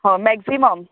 होय मेक्जीमम